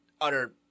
utter